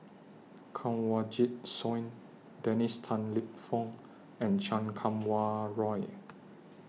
Kanwaljit Soin Dennis Tan Lip Fong and Chan Kum Wah Roy